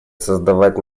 создавать